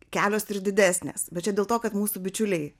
kelios ir didesnės bet čia dėl to kad mūsų bičiuliai